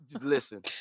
Listen